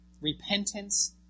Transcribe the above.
repentance